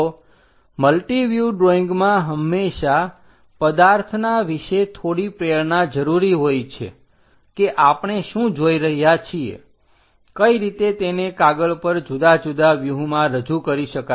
તો મલ્ટિવ્યુહ ડ્રોઈંગમાં હંમેશા પદાર્થના વિશે થોડી પ્રેરણા જરૂરી હોય છે કે આપણે શું જોઈ રહ્યા છીએ કઈ રીતે તેને કાગળ પર જુદા જુદા વ્યૂહમાં રજૂ કરી શકાય